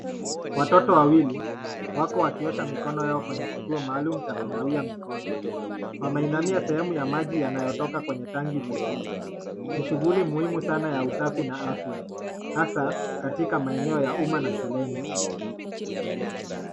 Watoto wawili wako wakiosha mikono yao kwenye kituo maalum cha kunawia mikono. Wameinamia sehemu ya maji yanayotoka kwenye tangi jekundu. Ni shughuli muhimu sana ya usafi na afya, hasa katika maeneo ya umma na shuleni.